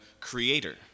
creator